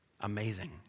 Amazing